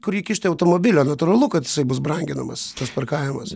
kur įkišti automobilio natūralu kad jisai bus branginamas tas parkavimas